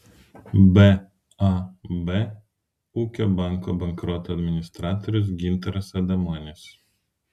bab ūkio banko bankroto administratorius gintaras adomonis